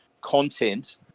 content